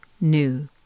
new